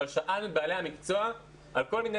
אבל שאלנו את בעלי המקצוע על כל מיני